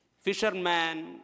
Fisherman